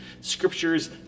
scriptures